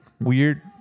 weird